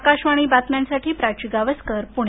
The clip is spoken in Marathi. आकाशवाणीच्या बातम्यांसाठी प्राची गावसकर प्णे